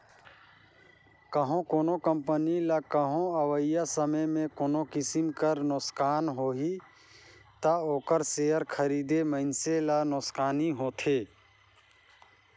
कहों कोनो कंपनी ल कहों अवइया समे में कोनो किसिम कर नोसकान होही ता ओकर सेयर खरीदे मइनसे ल नोसकानी होथे